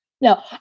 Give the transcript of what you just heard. No